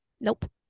Nope